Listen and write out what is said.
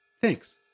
Thanks